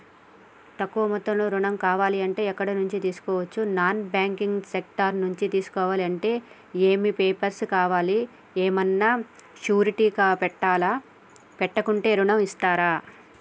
తక్కువ మొత్తంలో ఋణం కావాలి అంటే ఎక్కడి నుంచి తీసుకోవచ్చు? నాన్ బ్యాంకింగ్ సెక్టార్ నుంచి తీసుకోవాలంటే ఏమి పేపర్ లు కావాలి? ఏమన్నా షూరిటీ పెట్టాలా? పెట్టకుండా ఋణం ఇస్తరా?